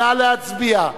נא להצביע.